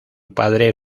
padre